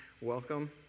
welcome